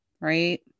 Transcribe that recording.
right